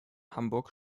hamburg